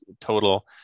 total